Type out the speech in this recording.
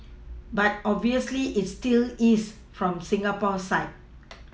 but obviously it still is from Singapore's side